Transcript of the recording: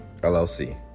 LLC